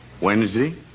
Wednesday